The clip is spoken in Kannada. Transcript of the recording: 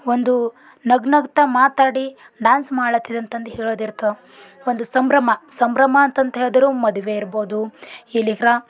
ಒಂದು ನಗು ನಗ್ತಾ ಮಾತಾಡಿ ಡಾನ್ಸ್ ಮಾಡ್ಲತ್ತಿದೆ ಅಂತಂದು ಹೇಳೋದಿರ್ತೆ ಒಂದು ಸಂಭ್ರಮ ಸಂಭ್ರಮ ಅಂತಂತ ಹೇಳಿದ್ರು ಮದುವೆ ಇರ್ಬೌದು ಇಲಿಗ್ರಾ